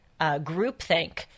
groupthink